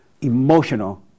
emotional